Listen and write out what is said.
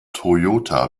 toyota